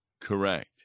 correct